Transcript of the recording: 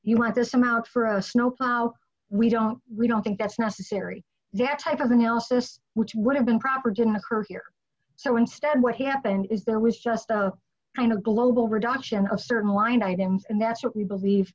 you want this amount for a snowplow we don't we don't think that's necessary that type of analysis which would have been proper didn't occur here so instead what happened is there was just a kind of global reduction of certain line items and that's what we believe